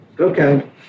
Okay